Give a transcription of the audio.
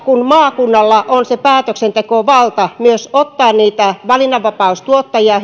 kun maakunnalla on myös se päätöksentekovalta ottaa niitä valinnanvapaustuottajia